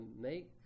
make